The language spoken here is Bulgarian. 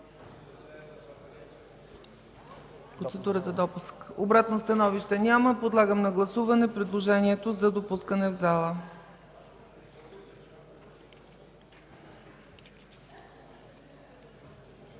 Обратно становище няма. Подлагам на гласуване предложението за допускане в зала.